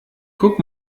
guck